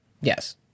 Yes